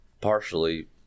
partially